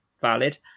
Valid